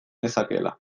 nezakeela